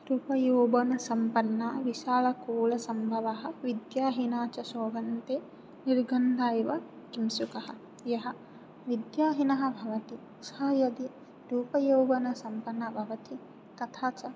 रूपयौवनसम्पन्ना विशालकुलसंभव विद्याहीना च शोभन्ते निर्गन्धा इव किंशुकाः यः विद्याहीनः भवति सः यदि रूपयौवनसम्पन्ना भवति तथा च